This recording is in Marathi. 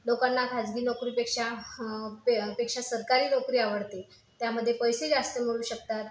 लोकांना खाजगी नोकरीपेक्षा पे पेक्षा सरकारी नोकरी आवडते त्यामध्ये पैसे जास्त मिळू शकतात